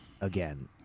again